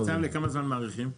צו לכמה זמן מאריכים?